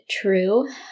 true